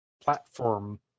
platform